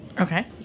Okay